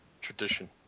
Tradition